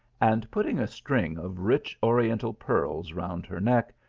and, putting a string of rich oriental pearls round her neck,